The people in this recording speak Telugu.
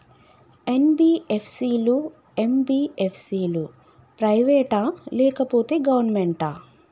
ఎన్.బి.ఎఫ్.సి లు, ఎం.బి.ఎఫ్.సి లు ప్రైవేట్ ఆ లేకపోతే గవర్నమెంటా?